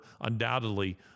undoubtedly